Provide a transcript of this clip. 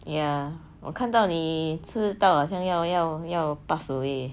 ya 我看到你吃到好像要要要 pass away